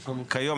כיום,